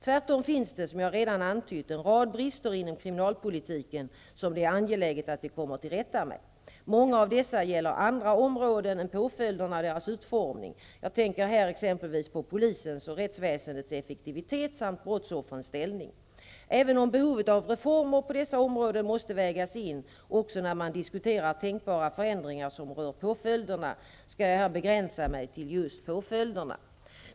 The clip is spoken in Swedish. Tvärtom finns det, som jag redan antytt, en rad brister inom kriminalpolitiken som det är angeläget att vi kommer till rätta med. Många av dessa gäller andra områden än påföljderna och deras utformning. Jag tänker här exempelvis på polisens och rättsväsendets effektivitet samt brottsoffrens ställning. Även om behovet av reformer på dessa områden måste vägas in också när man diskuterar tänkbara förändringar som rör påföljerna skall jag här begränsa mig till just påföljderna.